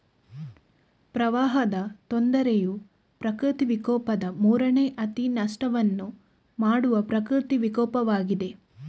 ಪ್ರವಾಹದ ತೊಂದರೆಯು ಪ್ರಕೃತಿ ವಿಕೋಪದ ಮೂರನೇ ಅತಿ ನಷ್ಟವನ್ನು ಮಾಡುವ ಪ್ರಕೃತಿ ವಿಕೋಪವಾಗಿದೆ